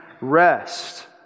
rest